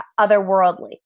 otherworldly